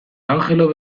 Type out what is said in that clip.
angelo